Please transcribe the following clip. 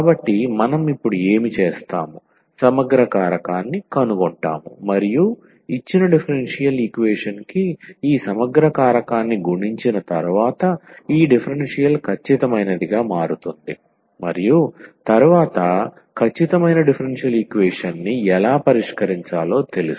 కాబట్టి మనం ఇప్పుడు ఏమి చేస్తాము సమగ్ర కారకాన్ని కనుగొంటాము మరియు ఇచ్చిన డిఫరెన్షియల్ ఈక్వేషన్ కి ఈ సమగ్ర కారకాన్ని గుణించిన తర్వాత ఈ డిఫరెన్షియల్ ఖచ్చితమైనదిగా మారుతుంది మరియు తరువాత ఖచ్చితమైన డిఫరెన్షియల్ ఈక్వేషన్ని ఎలా పరిష్కరించాలో తెలుసు